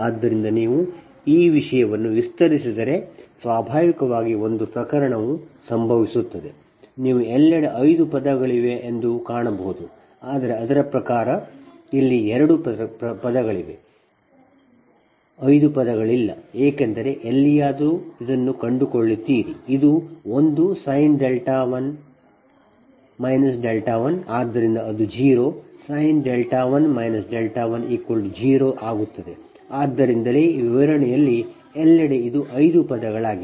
ಆದ್ದರಿಂದ ನೀವು ಈ ಅಥವಾ ಈ ವಿಷಯವನ್ನು ವಿಸ್ತರಿಸಿದರೆ ಸ್ವಾಭಾವಿಕವಾಗಿ ಒಂದು ಪ್ರಕರಣವು ಸಂಭವಿಸುತ್ತದೆ ನೀವು ಎಲ್ಲೆಡೆ 5 ಪದಗಳಿವೆ ಎಂದು ಕಾಣಬಹುದು ಆದರೆ ಅದರ ಪ್ರಕಾರ ಇಲ್ಲಿ ಎರಡು ಪದಗಳಿವೆ 6 ಪದ 5 ಪದಗಳಿಲ್ಲ ಏಕೆಂದರೆ ಎಲ್ಲಿಯಾದರೂ ನೀವು ಅದನ್ನು ಕಂಡುಕೊಳ್ಳುತ್ತೀರಿ ಇದು ಒಂದು sin 1 1 ಆದ್ದರಿಂದ ಅದು 0 sin 1 1 0 ಆಗುತ್ತದೆ ಆದ್ದರಿಂದಲೇ ವಿವರಣೆಯಲ್ಲಿ ಎಲ್ಲೆಡೆ ಇದು 5 ಪದಗಳಾಗಿವೆ